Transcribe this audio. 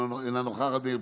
אינה נוכחת,